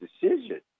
decision